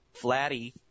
Flatty